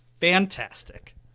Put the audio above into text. fantastic